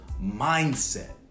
mindset